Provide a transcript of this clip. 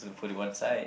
put it one side